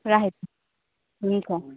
राखेको हुन्छ